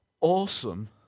awesome